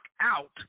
out